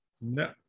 no